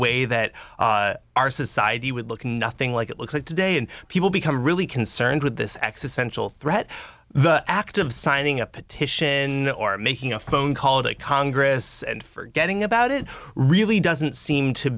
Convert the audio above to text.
way that our society would look nothing like it looks like today and people become really concerned with this existential threat the act of signing a petition or making a phone call to congress and forgetting about it really doesn't seem to